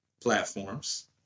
platforms